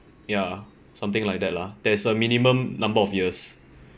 ya something like that lah there's a minimum number of years